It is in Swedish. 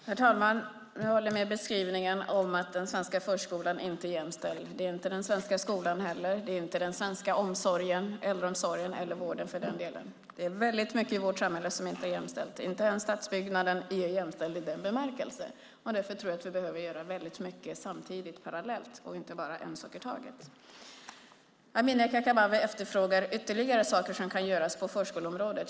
Herr talman! Jag håller med om beskrivningen att den svenska förskolan inte är jämställd. Det är inte den svenska skolan, den svenska äldreomsorgen eller den svenska vården heller. Det är mycket i vårt samhälle som inte är jämställt. Inte ens stadsbyggnationen är jämställd i den bemärkelsen. Därför tror jag att vi behöver göra mycket samtidigt och parallellt och inte bara en sak i taget. Amineh Kakabaveh efterfrågar ytterligare saker som kan göras på förskoleområdet.